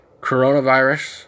coronavirus